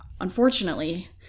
unfortunately